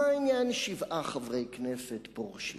מה עניין שבעה חברי כנסת פורשים?